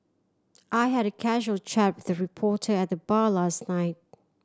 I had a casual chat with a reporter at the bar last night